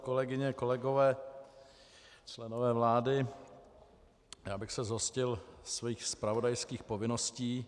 Kolegyně, kolegové, členové vlády, já bych se zhostil svých zpravodajských povinností.